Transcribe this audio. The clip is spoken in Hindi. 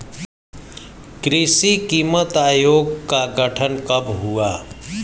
कृषि कीमत आयोग का गठन कब हुआ था?